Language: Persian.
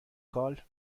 کال